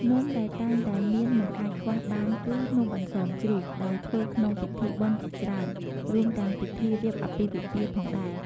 នំដែលតែងតែមានមិនអាចខ្វះបានគឺ នំអន្សមជ្រូក ដែលធ្វើក្នុងពិធីបុណ្យជាច្រើន រួមទាំងពិធីរៀបអាពាហ៍ពិពាហ៍ផងដែរ។